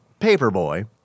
paperboy